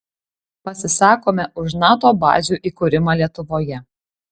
pasisakome už nato bazių įkūrimą lietuvoje